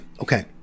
okay